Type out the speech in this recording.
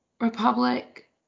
Republic